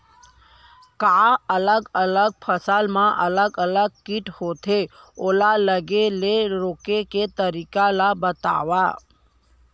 का अलग अलग फसल मा अलग अलग किट होथे, ओला लगे ले रोके के तरीका ला बतावव?